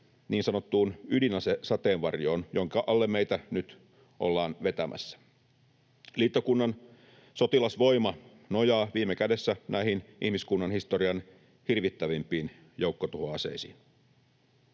niin sanottuun ydinasesateenvarjoon, jonka alle meitä nyt ollaan vetämässä. Liittokunnan sotilasvoima nojaa viime kädessä näihin ihmiskunnan historian hirvittävimpiin joukkotuhoaseisiin.